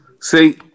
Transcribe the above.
See